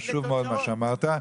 חשוב מאוד מה שאמרת.